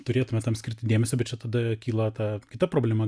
turėtume tam skirti dėmesio bet čia tada kyla ta kita problema